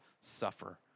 suffer